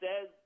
says